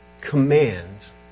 commands